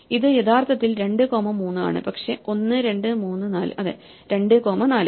ഇത് യഥാർത്ഥത്തിൽ 2 കോമ 3 ആണ് പക്ഷേ 1 2 3 4 അതെ 2 കോമ 4